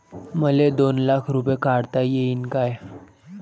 मले दोन लाख रूपे काढता येईन काय?